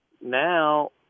now